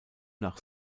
nach